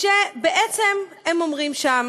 בעצם הם אומרים שם